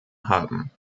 haben